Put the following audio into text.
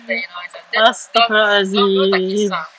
astarghfirullahalazim